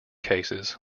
cases